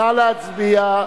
נא להצביע.